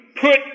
put